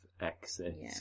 exit